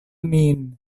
min